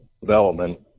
development